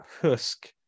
husk